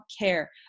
care